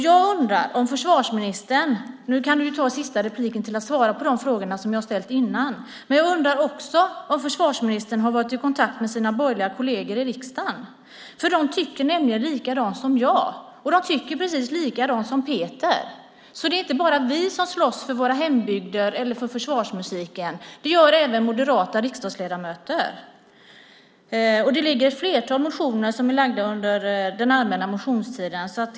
Jag undrar om försvarsministern - nu kan du ju använda sista inlägget till att svara på de frågor som jag har ställt innan också - har varit i kontakt med sina borgerliga kolleger i riksdagen. De tycker nämligen likadant som jag, och de tycker precis likadant som Peter. Det är inte bara vi som slåss för våra hembygder eller för försvarsmusiken. Det gör även moderata riksdagsledamöter. Ett flertal motioner har väckts under allmänna motionstiden.